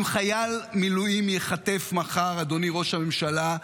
אם חייל מילואים ייחטף מחר, אדוני ראש הממשלה,